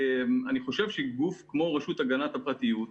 אני חושב שגוף כמו רשות הגנת הפרטיות,